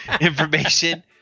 information